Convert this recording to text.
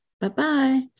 Bye-bye